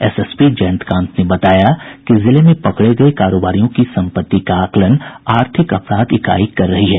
SSP Jayantkant ने बताया कि जिले में पकड़े गए कारोबारियों की सम्पत्ति का आकलन आर्थिक अपराध इकाई कर रही है